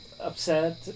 upset